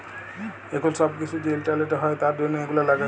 এখুল সব কিসু যে ইন্টারলেটে হ্যয় তার জনহ এগুলা লাগে